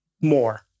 more